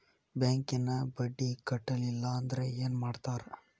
ಬ್ಯಾಂಕಿನ ಬಡ್ಡಿ ಕಟ್ಟಲಿಲ್ಲ ಅಂದ್ರೆ ಏನ್ ಮಾಡ್ತಾರ?